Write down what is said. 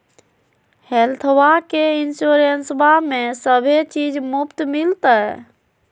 हेल्थबा के इंसोरेंसबा में सभे चीज मुफ्त मिलते?